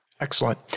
Excellent